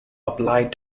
applied